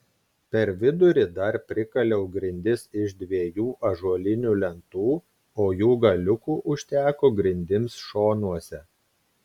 per vidurį dar prikaliau grindis iš dviejų ąžuolinių lentų o jų galiukų užteko grindims šonuose